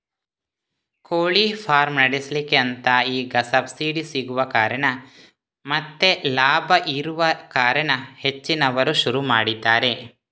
ಕೋಳಿ ಫಾರ್ಮ್ ನಡೆಸ್ಲಿಕ್ಕೆ ಅಂತ ಈಗ ಸಬ್ಸಿಡಿ ಸಿಗುವ ಕಾರಣ ಮತ್ತೆ ಲಾಭ ಇರುವ ಕಾರಣ ಹೆಚ್ಚಿನವರು ಶುರು ಮಾಡಿದ್ದಾರೆ